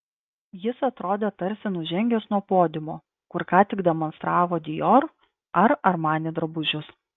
jis atrodė tarsi nužengęs nuo podiumo kur ką tik demonstravo dior ar armani drabužius